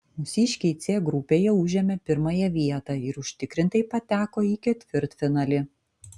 mūsiškiai c grupėje užėmė pirmąją vietą ir užtikrintai pateko į ketvirtfinalį